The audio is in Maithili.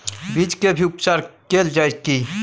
बीज के भी उपचार कैल जाय की?